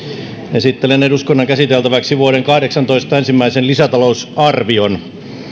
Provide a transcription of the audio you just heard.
esittelen eduskunnan käsiteltäväksi vuoden kahdeksantoista ensimmäisen lisätalousarvion